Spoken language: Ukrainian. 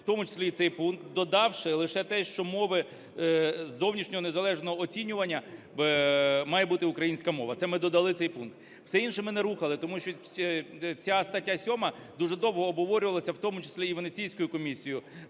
в тому числі і цей пункт, додавши лише те, що мовою зовнішнього незалежного оцінювання має бути українська мова. Це ми додали цей пункт. Все інше ми не рухали, тому що ця стаття 7 дуже довго обговорювалася, в тому числі і Венеційською комісією.